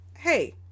Hey